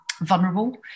vulnerable